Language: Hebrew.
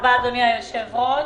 אדוני היושב-ראש,